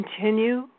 Continue